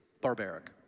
barbaric